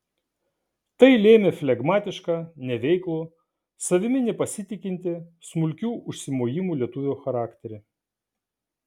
tai lėmė flegmatišką neveiklų savimi nepasitikintį smulkių užsimojimų lietuvio charakterį